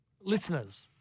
Listeners